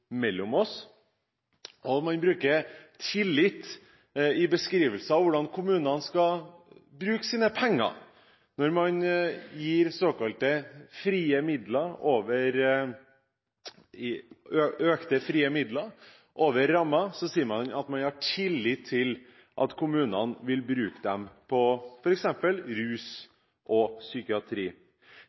mellom oss. Man bruker tillit i beskrivelser av hvordan kommunene skal bruke sine penger. Når man gir økte, såkalt frie midler over rammen, sier man at man har tillit til at kommunene vil bruke dem på f.eks. rusbehandling og psykiatri.